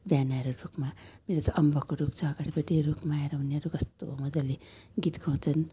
बिहान आएर रुखमा मेरो त अम्बकको रुख छ अगाडिपट्टि रुखमा आएर उनीहरू कस्तो मज्जाले गीत गाउँछन्